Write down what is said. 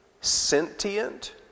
sentient